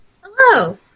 Hello